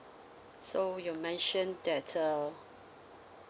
so you mentioned that the